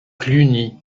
cluny